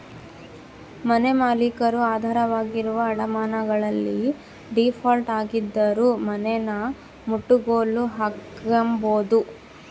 ಮನೆಮಾಲೀಕರು ಆಧಾರವಾಗಿರುವ ಅಡಮಾನಗಳಲ್ಲಿ ಡೀಫಾಲ್ಟ್ ಆಗಿದ್ದರೂ ಮನೆನಮುಟ್ಟುಗೋಲು ಹಾಕ್ಕೆಂಬೋದು